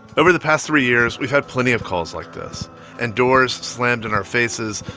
over the past three years, we've had plenty of calls like this and doors slammed in our faces,